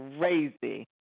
Crazy